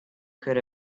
could